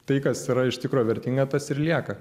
tai kas yra iš tikro vertinga tas ir lieka